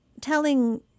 telling